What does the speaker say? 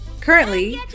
currently